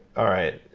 all right.